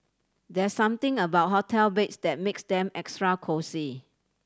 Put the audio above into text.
there's something about hotel beds that makes them extra cosy